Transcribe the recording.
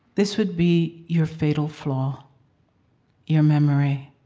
this would be your fatal flaw your memory,